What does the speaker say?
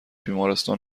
بیمارستان